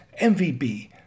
MVB